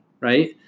right